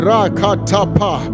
Rakatapa